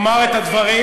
לומר את הדברים,